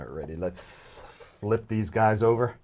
already let's flip these guys over